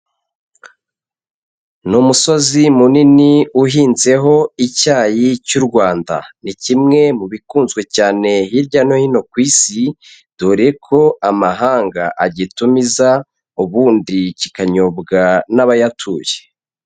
Ni umusozi munini uhinzeho icyayi cy'u Rwanda. Ni kimwe mu bikunzwe cyane hirya no hino ku Isi, dore ko amahanga agitumiza, ubundi kikanyobwa n'abayatuye.